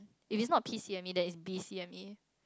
if it's not P C M E then it's B C M E